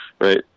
Right